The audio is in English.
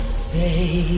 say